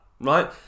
right